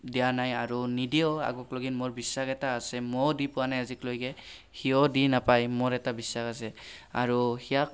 দিয়া নাই আৰু নিদিয়েও আগক লগিন মোৰ বিশ্বাস এটা আছে ময়ো দি পোৱা নাই আজিলৈকে সিও দি নাপায় মোৰ এটা বিশ্বাস আছে আৰু সিয়াক